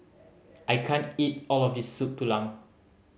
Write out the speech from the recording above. I can't eat all of this Soup Tulang